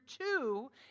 two